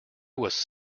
was